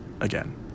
again